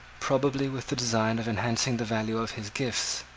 probably with the design of enhancing the value of his gifts.